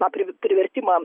na pri privertimą